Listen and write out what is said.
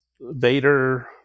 Vader